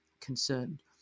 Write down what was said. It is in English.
concerned